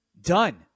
Done